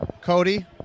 Cody